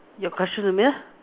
your question to me lah